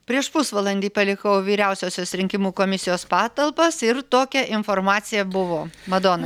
prieš pusvalandį palikau vyriausiosios rinkimų komisijos patalpas ir tokia informacija buvo madona